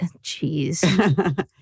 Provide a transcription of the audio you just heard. Jeez